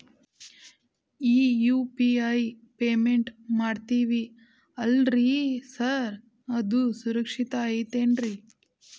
ಈ UPI payment ಮಾಡ್ತೇವಿ ಅಲ್ರಿ ಸಾರ್ ಅದು ಸುರಕ್ಷಿತ್ ಐತ್ ಏನ್ರಿ?